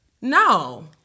no